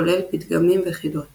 כולל פתגמים וחידות